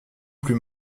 plus